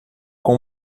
com